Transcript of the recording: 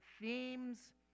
themes